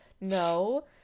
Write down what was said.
no